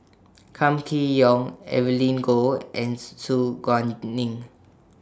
Kam Kee Yong Evelyn Goh and Su Guaning